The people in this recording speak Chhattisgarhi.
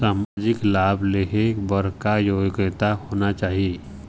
सामाजिक लाभ लेहे बर का योग्यता होना चाही?